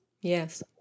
Yes